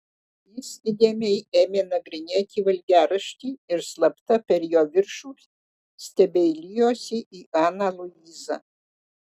jis įdėmiai ėmė nagrinėti valgiaraštį ir slapta per jo viršų stebeilijosi į aną luizą